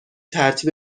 ترتیب